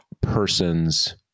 person's